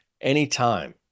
anytime